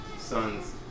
son's